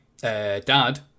dad